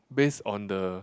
based on the